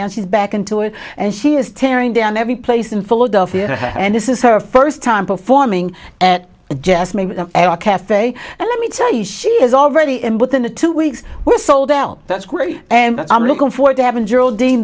now she's back into it and she is tearing down every place in philadelphia and this is her first time performing at the jazz cafe and let me tell you she has already and within the two weeks were sold out that's great and i'm looking forward to having geraldine